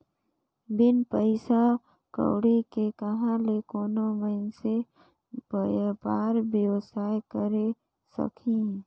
बिन पइसा कउड़ी के कहां ले कोनो मइनसे बयपार बेवसाय करे सकही